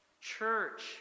Church